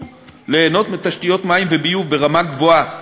ליהנות מתשתיות מים וביוב ברמה גבוהה,